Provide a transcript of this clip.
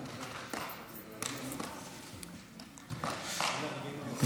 בצלאל סמוטריץ', בבקשה.